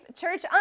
Church